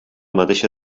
mateixa